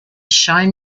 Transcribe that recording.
shine